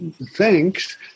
thanks